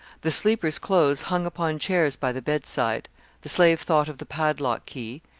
the sleeper's clothes hung upon chairs by the bedside the slave thought of the padlock key,